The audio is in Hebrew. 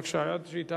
בבקשה, עד שהיא תעלה.